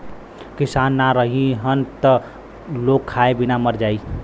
किसान ना रहीहन त लोग खाए बिना मर जाई